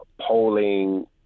polling